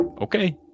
okay